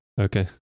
Okay